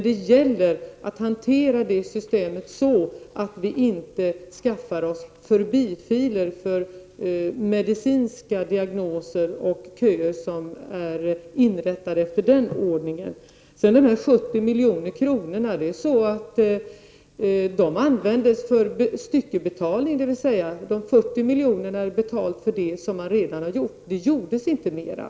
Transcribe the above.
Det gäller dock att hantera det systemet så att vi inte skaffar oss förbifiler för medicinska diagnoser och köer som är inrättade efter den ordningen. Dessa 70 milj.kr. användes för styckebetalning. 40 milj.kr. är betalning för det som man redan har gjort. Det gjordes inte mera.